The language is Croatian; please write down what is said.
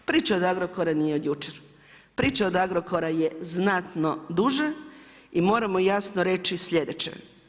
Priča od Agrokora nije od jučer, priča od Agrokora je znatno duža i moramo jasno reći sljedeće.